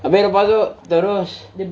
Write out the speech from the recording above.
habis lepas tu terus